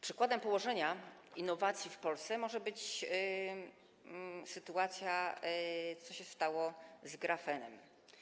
Przykładem „położenia” innowacji w Polsce może być to, co się stało z grafenem.